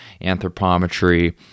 anthropometry